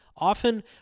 Often